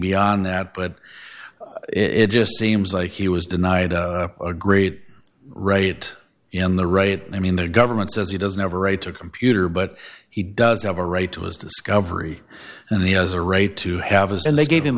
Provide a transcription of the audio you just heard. beyond that but it just seems like he was denied a great rate in the right i mean the government says he doesn't have a right to computer but he does have a right to his discovery and the as a right to have his and they gave him